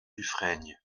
dufrègne